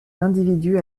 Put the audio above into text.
l’individu